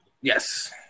Yes